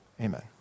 Amen